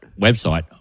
website